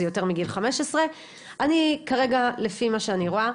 זה יותר מגיל 15. כרגע לפי מה שאני רואה,